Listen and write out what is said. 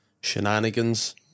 shenanigans